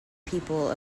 people